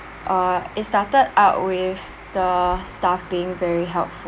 uh it started out with the staff being very helpful